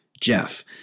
Jeff